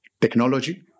technology